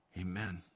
Amen